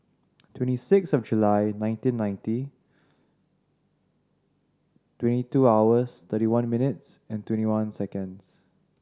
twenty six of July nineteen ninety twenty two hours thirty one minutes and twenty one seconds